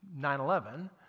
9-11